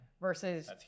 versus